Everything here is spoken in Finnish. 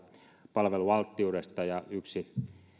palvelualttiudesta yksi